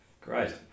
Great